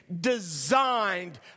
designed